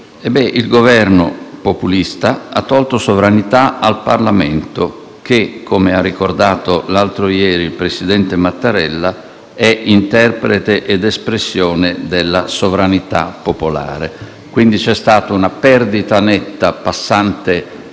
Il Governo populista ha tolto sovranità al Parlamento che, come ha ricordato l'altro ieri il presidente Mattarella, è interprete ed espressione della sovranità popolare. Quindi, c'è stata una perdita netta di